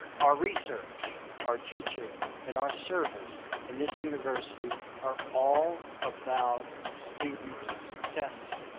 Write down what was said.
our research our teaching and our service in this university are all about student success,